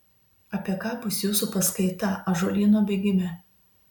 apie ką bus jūsų paskaita ąžuolyno bėgime